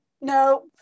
no